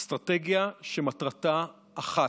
אסטרטגיה שמטרתה אחת: